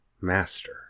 master